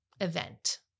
event